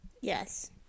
Yes